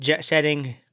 setting